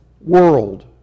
world